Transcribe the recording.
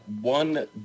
one